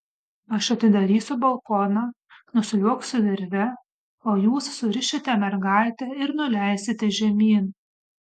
aš atidarysiu balkoną nusliuogsiu virve o jūs surišite mergaitę ir nuleisite žemyn